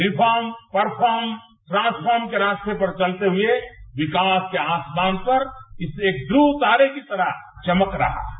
reform perform transform के रास्ते पर बलते हुए विकास के आसमान पर किसी एक ध्रुव तारे की तरह चमक रहा है